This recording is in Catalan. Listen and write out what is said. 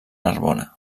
narbona